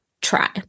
try